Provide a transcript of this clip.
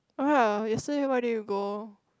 !ah! yesterday where did you go